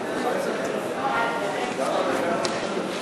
ההוצאה לפועל (תיקון מס' 43),